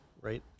Right